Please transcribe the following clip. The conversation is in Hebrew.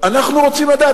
אנחנו רוצים לדעת.